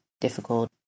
difficult